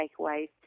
takeaways